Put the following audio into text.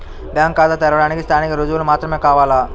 Bank ఖాతా తెరవడానికి స్థానిక రుజువులు మాత్రమే కావాలా?